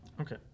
Okay